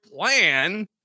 plan